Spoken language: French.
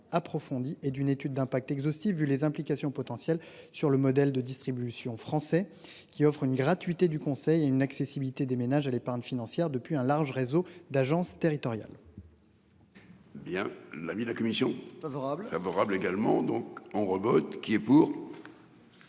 approfondi et d'une étude d'impact exhaustive vu les implications potentielles sur le modèle de distribution français qui offre une gratuité du conseil et une accessibilité des ménages à l'épargne financière depuis un large réseau d'agences. Bien l'avis de la commission. Favorable, favorable également donc on revote qui est pour.